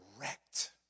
wrecked